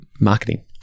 Marketing